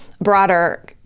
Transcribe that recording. broader